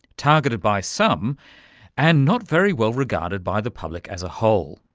targeted by some and not very well regarded by the public as a whole.